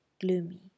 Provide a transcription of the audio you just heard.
gloomy